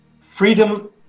freedom